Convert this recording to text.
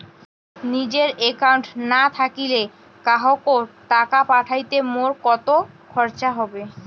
নিজের একাউন্ট না থাকিলে কাহকো টাকা পাঠাইতে মোর কতো খরচা হবে?